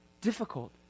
difficult